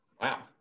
Wow